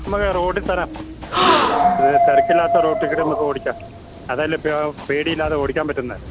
നമുക്ക് റോഡിൽ തരാം അത് തിരക്കില്ലാത്ത റോട്ടിൽ കൂടെ നമുക്ക് ഓട്ടിക്കാം അതല്ലേ പേടിയില്ലാതെ ഓടിക്കാൻ പറ്റുന്നത്